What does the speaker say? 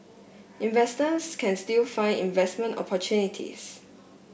investors can still find investment opportunities